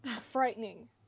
frightening